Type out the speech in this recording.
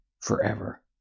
forever